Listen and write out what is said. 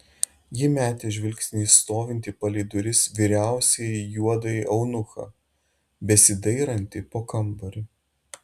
ji metė žvilgsnį į stovintį palei duris vyriausiąjį juodąjį eunuchą besidairantį po kambarį